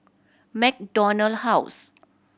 MacDonald House